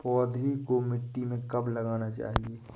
पौधें को मिट्टी में कब लगाना चाहिए?